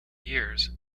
years